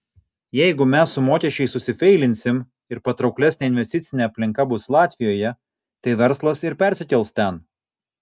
jeigu mes su mokesčiais susifeilinsim ir patrauklesnė investicinė aplinka bus latvijoje tai verslas ir persikels ten